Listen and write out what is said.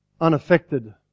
unaffected